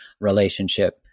relationship